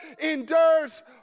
endures